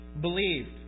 believed